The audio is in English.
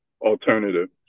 alternative